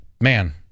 man